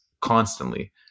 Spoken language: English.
constantly